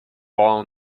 all